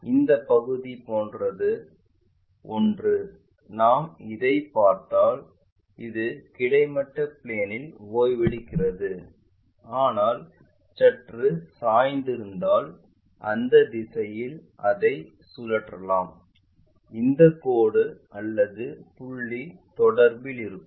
இந்த பகுதி போன்ற ஒன்று நாம் இதை பார்த்தால் இது கிடைமட்ட பிளேன்இல் ஓய்வெடுக்கிறது ஆனால் அது சற்று சாய்ந்திருந்தால் அந்த திசையில் அதை சுழற்றலாம் இந்த கோடு அல்லது புள்ளி தொடர்பில் இருக்கும்